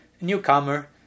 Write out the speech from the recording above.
Newcomer